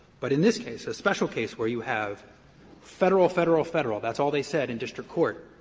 but in this case, a special case where you have federal, federal, federal, that's all they said in district court,